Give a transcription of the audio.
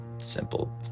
simple